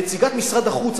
נציגת משרד החוץ,